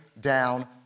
down